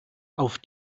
auf